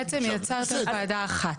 בעצם יצרתם וועדה אחת.